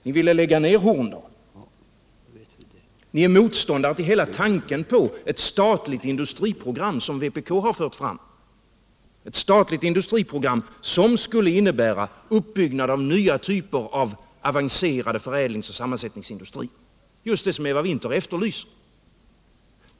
Ni ville lägga ned Horndal, ni är motståndare till hela tanken på ett statligt industriprogram, som vpk har fört fram — ett statligt industriprogram som skulle innebära uppbyggnad av nya typer av avancerad förädlingsoch sammansättningsindustri, just det som Eva Winther efterlyser.